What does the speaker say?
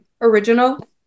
original